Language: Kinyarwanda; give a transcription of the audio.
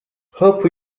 hope